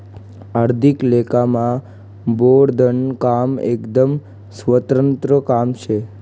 आर्थिक लेखामा बोर्डनं काम एकदम स्वतंत्र काम शे